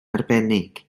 arbennig